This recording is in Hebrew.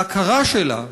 ההכרה שלה,